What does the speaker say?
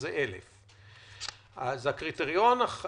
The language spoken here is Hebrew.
שזה 1,000. הקריטריון מדבר